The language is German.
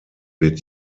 wird